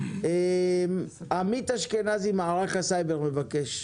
עמית אשכנזי ממערך הסייבר מבקש